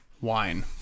wine